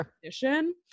condition